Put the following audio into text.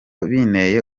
binteye